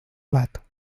blat